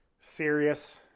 serious